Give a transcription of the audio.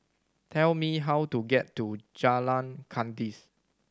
tell me how to get to Jalan Kandis